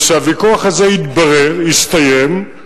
וכשהוויכוח הזה יתברר, יסתיים,